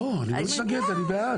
לא, אני לא מתנגד, אני בעד.